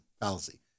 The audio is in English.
fallacy